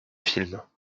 films